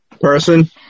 person